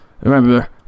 remember